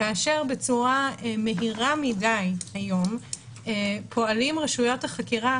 כאשר בצורה מהירה מדי היום פועלות רשויות החקירה